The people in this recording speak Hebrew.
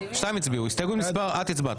הצבעה